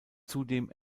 zudem